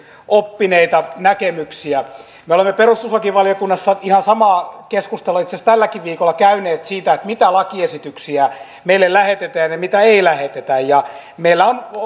oppineita näkemyksiä me olemme perustuslakivaliokunnassa ihan samaa keskustelua itse asiassa tälläkin viikolla käyneet siitä mitä lakiesityksiä meille lähetetään ja mitä ei lähetetä meillä on